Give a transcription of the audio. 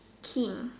Kim